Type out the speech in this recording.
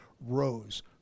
rose